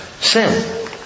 sin